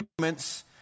Moments